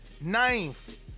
ninth